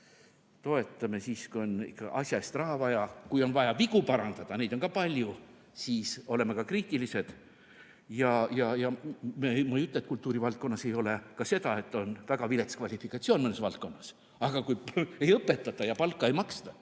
toetame siis, kui on ikka asja eest raha vaja, kui on vaja vigu parandada. Neidki on palju ja siis oleme ka kriitilised. Ja ma ei ütle, et kultuurivaldkonnas ei ole seda, et on väga vilets kvalifikatsioon mõnes valdkonnas. Aga kui ei õpetata ja palka ei maksta,